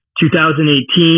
2018